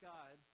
God